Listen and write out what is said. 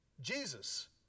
Jesus